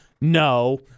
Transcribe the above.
no